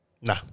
Nah